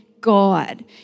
God